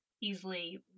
easily